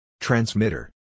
transmitter